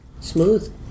Smooth